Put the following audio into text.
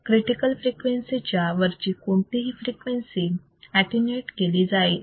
critical frequency च्या वरची कोणतीही फ्रिक्वेन्सी अटीन्यूएट केली जाईल